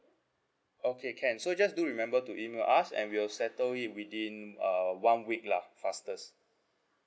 okay can so just do remember to email us and we'll settle it within uh one week lah fastest